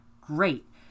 Great